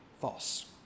false